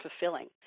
fulfilling